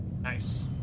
Nice